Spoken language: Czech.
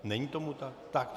Není tomu tak.